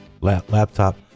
laptop